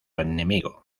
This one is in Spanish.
enemigo